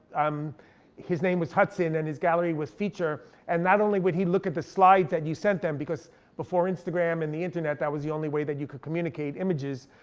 um his name was hudson, and his gallery was feature. and not only would he look at the slides that you sent him, because before instagram and the internet that was the only way that you could communicate images.